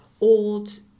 old